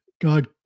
God